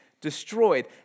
destroyed